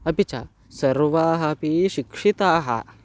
अपि च सर्वाः अपि शिक्षिताः